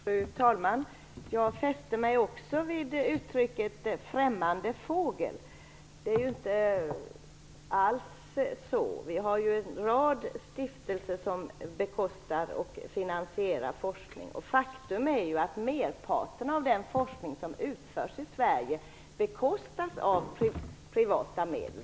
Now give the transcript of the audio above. Fru talman! Jag fäste mig också vid uttrycket främmande fågel. Det är inte alls fråga om det. Vi har ju en rad stiftelser som bekostar och finansierar forskning. Faktum är att merparten av den forskning som utförs i Sverige bekostas med privata medel.